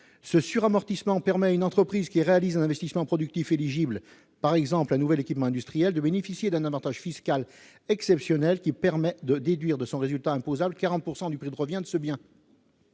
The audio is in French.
Ce suramortissement permet à une entreprise qui réalise un investissement productif éligible, par exemple un nouvel équipement industriel, de bénéficier d'un avantage fiscal exceptionnel, qui permet de déduire de son résultat imposable 40 % du prix de revient de ce bien.